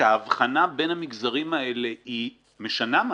שההבחנה בין המגזרים האלה משנה משהו,